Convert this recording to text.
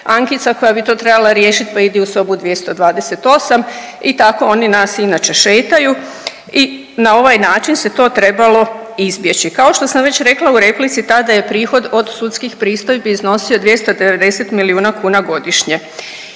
Ankica koja bi to trebala riješit, pa idi u sobu 228 i tako oni nas inače šetaju i na ovaj način se to trebalo izbjeći. Kao što sam već rekla u replici tada je prihod od sudskih prihoda iznosio 290 milijuna kuna godišnje